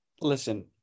Listen